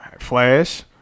Flash